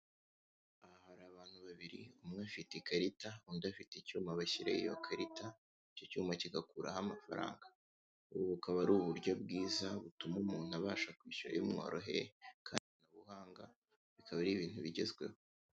Aha hari abantu babiri umwe afite ikarita undi afite icyuma bashyiraho iyo karita icyo cyuma kigakuraho amafaranga ubu bukaba ari uburyo bwiza butuma umuntu abasha kwishyura bimworoheye kandi ikoranabuhanga bikaba ari ibintu bigezweho.